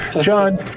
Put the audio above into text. John